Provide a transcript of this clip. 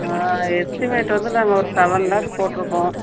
estimate வந்து நாங்கள் ஒரு செவன் லேக்ஸ் போட்டிருக்கோம்